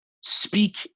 speak